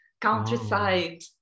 countryside